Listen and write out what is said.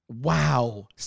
Wow